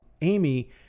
Amy